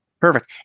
Perfect